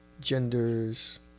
genders